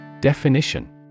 Definition